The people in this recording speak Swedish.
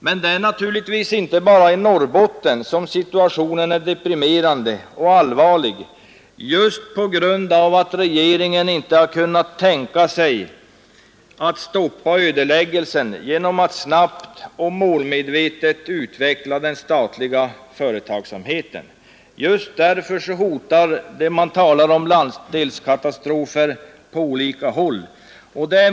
Men det är naturligtvis inte bara i Norrbotten som situationen är deprimerande och allvarlig på grund av att regeringen inte har kunnat tänka sig att stoppa ödeläggelsen genom att snabbt och målmedvetet utveckla den statliga företagsamheten. Just därför hotar det man kallar landsdelskatastrofer på olika håll.